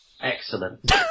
Excellent